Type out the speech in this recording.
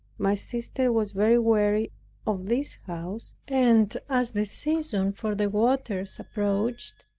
my sister was very weary of this house and as the season for the waters approached,